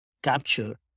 capture